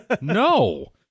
No